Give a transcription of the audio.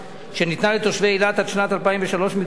שניתנה לתושבי אילת עד שנת 2003 מכוח חוק